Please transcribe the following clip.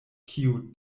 kiu